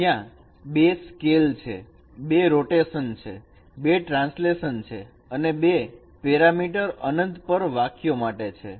જ્યા 2 સ્કેલ છે 2 રોટેશન છે 2 ટ્રાન્સલેશન છે અને 2 પેરામીટર અનંત પર વાક્યો માટે છે